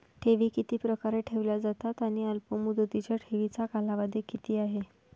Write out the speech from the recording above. ठेवी किती प्रकारे ठेवल्या जातात आणि अल्पमुदतीच्या ठेवीचा कालावधी किती आहे?